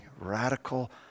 radical